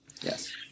Yes